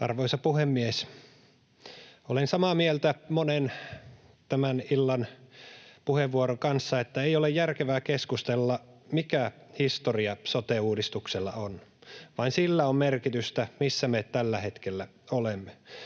Arvoisa puhemies! Olen samaa mieltä monen tämän illan puheenvuoron kanssa, että ei ole järkevää keskustella siitä, mikä historia sote-uudistuksella on. Vain sillä on merkitystä, missä me tällä hetkellä olemme.